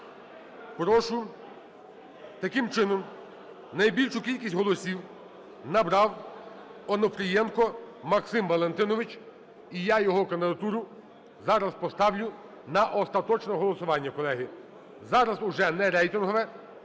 Прошу, таким чином, найбільшу кількість голосів набрав Онопрієнко Максим Валентинович. І я його кандидатуру зараз поставлю на остаточне голосування, колеги. Зараз уже не рейтингове,